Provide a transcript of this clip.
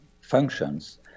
functions